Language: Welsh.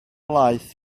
laeth